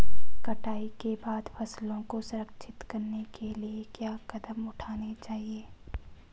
कटाई के बाद फसलों को संरक्षित करने के लिए क्या कदम उठाने चाहिए?